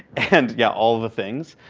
and yeah, all the things.